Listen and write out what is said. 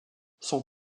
son